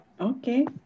Okay